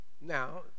Now